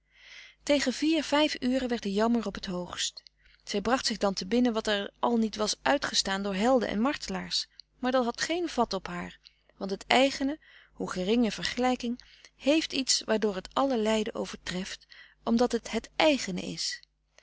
tegen vier vijf uren werd de jammer op t hoogst zij bracht zich dan te binnen wat er al niet was uitgestaan door helden en martelaars maar dat had geen vat op haar want het eigene frederik van eeden van de koele meren des doods hoe gering in vergelijking heeft iets waardoor het alle lijden overtreft omdat het het eigene is